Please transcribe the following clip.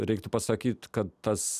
reiktų pasakyt kad tas